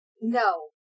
No